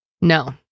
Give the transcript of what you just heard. No